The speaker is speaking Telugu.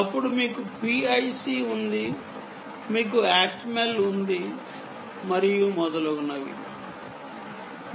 ఆపై మీకు PIC ఉంది మీకు Atmel ఉంది మరియు మొదలగునవి ఉన్నాయి